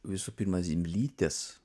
visų pirma zimblytės